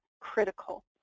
critical